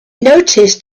noticed